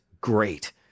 Great